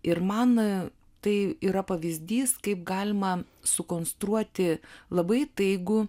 ir man tai yra pavyzdys kaip galima sukonstruoti labai įtaigų